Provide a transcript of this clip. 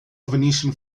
venetian